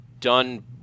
done